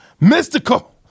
Mystical